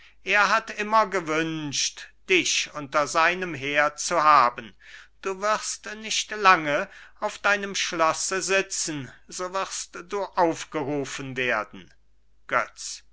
er hat immer gewünscht dich unter seinem heer zu haben du wirst nicht lang auf deinem schlosse sitzen so wirst du aufgerufen werden götz